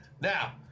Now